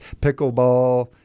pickleball